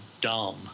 dumb